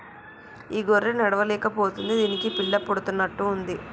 ఈ గొర్రె నడవలేక పోతుంది దీనికి పిల్ల పుడుతున్నట్టు ఉంది